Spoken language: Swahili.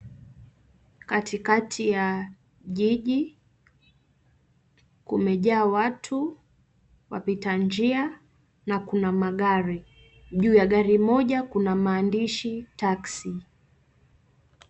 Katikati ya jiji, kumejaa watu , wapita njia, na kuna magari. Juu ya gari moja, kuna maandishi taxi.